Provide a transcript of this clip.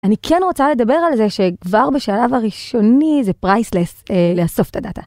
אני כן רוצה לדבר על זה שכבר בשלב הראשוני זה פרייסלס לאסוף את הדאטה.